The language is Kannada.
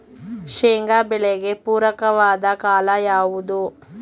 ಶೇಂಗಾ ಬೆಳೆಗೆ ಪೂರಕವಾದ ಕಾಲ ಯಾವುದು?